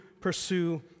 pursue